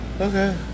Okay